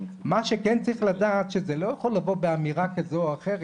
מה שכן צריך לדעת שזה לא יכול לבוא באמירה כזו או אחרת,